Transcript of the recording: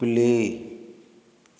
play